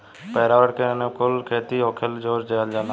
पर्यावरण के अनुकूल खेती होखेल जोर दिहल जाता